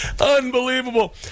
Unbelievable